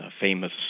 famous